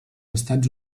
estats